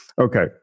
Okay